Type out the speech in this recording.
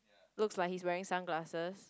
looks like he is wearing sunglasses